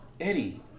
Eddie